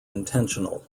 intentional